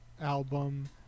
album